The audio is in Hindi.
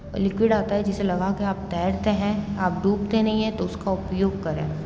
लिक्विड आता है जिसे लगा के आप तैरते हैं आप डूबते नहीं हैं तो उसका उपयोग करें